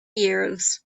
years